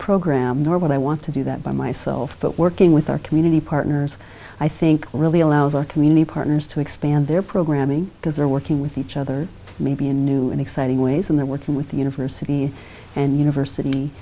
program nor would i want to do that by myself but working with our community partners i think really allows our community partners to expand their programming because they're working with each other maybe in new and exciting ways and they're working with the university and university